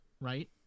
right